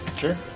Sure